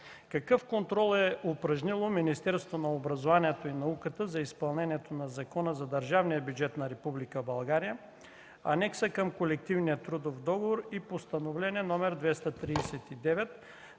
какъв контрол е упражнило Министерството на образованието и науката за изпълнението на Закона за държавния бюджет на Република България, Анекса към колективния трудов договор и Постановление № 239